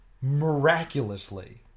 Miraculously